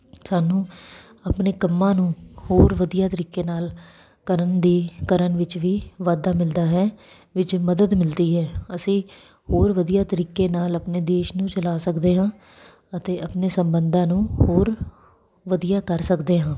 ਸਾਨੂੰ ਆਪਣੇ ਕੰਮਾਂ ਨੂੰ ਹੋਰ ਵਧੀਆ ਤਰੀਕੇ ਨਾਲ ਕਰਨ ਦੀ ਕਰਨ ਵਿੱਚ ਵੀ ਵਾਧਾ ਮਿਲਦਾ ਹੈ ਵਿੱਚ ਮਦਦ ਮਿਲਦੀ ਹੈ ਅਸੀਂ ਹੋਰ ਵਧੀਆ ਤਰੀਕੇ ਨਾਲ ਆਪਣੇ ਦੇਸ਼ ਨੂੰ ਚਲਾ ਸਕਦੇ ਹਾਂ ਅਤੇ ਆਪਣੇ ਸੰਬੰਧਾਂ ਨੂੰ ਹੋਰ ਵਧੀਆ ਕਰ ਸਕਦੇ ਹਾਂ